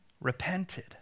repented